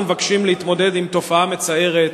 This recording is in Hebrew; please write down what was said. אנחנו מבקשים להתמודד עם תופעה מצערת,